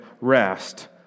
rest